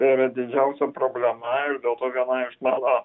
tai yra didžiausia problema ir dėl to